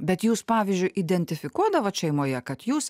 bet jūs pavyzdžiui identifikuodavot šeimoje kad jūs